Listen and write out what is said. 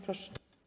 Proszę.